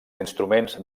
instruments